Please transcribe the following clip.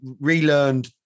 relearned